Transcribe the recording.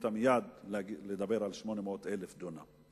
החליטה מייד לדבר על 800,000 דונם?